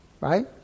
Right